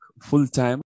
full-time